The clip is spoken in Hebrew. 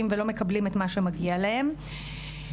ולא מקבלים את מה שמגיע להם ובכלל,